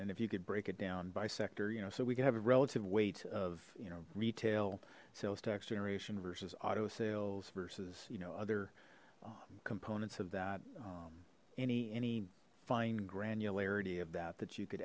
it and if you could break it down by sector you know so we can have a relative weight of you know retail sales tax generation versus auto sales versus you know other components of that any any fine granularity of that that you could